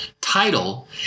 Title